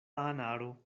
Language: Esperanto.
anaro